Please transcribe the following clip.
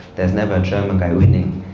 there's never a german guy winning,